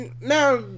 now